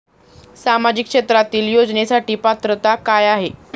सामाजिक क्षेत्रांतील योजनेसाठी पात्रता काय आहे?